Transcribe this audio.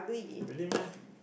really meh